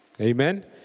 Amen